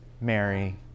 Mary